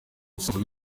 musozo